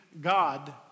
God